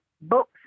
books